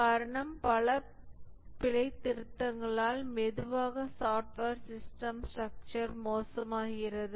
காரணம் பல பிழைத் திருத்தங்களால் மெதுவாக சாப்ட்வேர் சிஸ்டம் ஸ்ட்ரக்சர் மோசமாகிறது